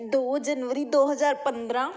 ਦੋ ਜਨਵਰੀ ਦੋ ਹਜ਼ਾਰ ਪੰਦਰਾਂ